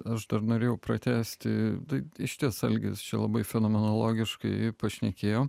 aš dar norėjau pratęsti tai išties algis čia labai fenomenologiškai pašnekėjo